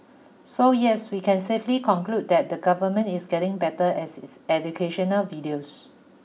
so yes we can safely conclude that the government is getting better at its educational videos